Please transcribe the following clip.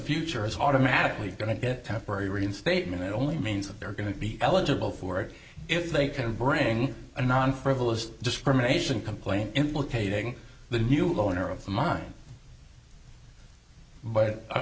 future is automatically going to get temporary reinstatement it only means that they're going to be eligible for it if they can bring a non frivolous discrimination complaint implicating the new owner of the mine but